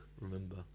remember